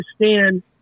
understand